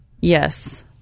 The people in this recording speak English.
Yes